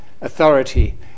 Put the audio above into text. authority